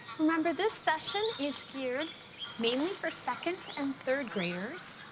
remember this session is geared mainly for second and third graders.